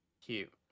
Cute